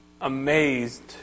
amazed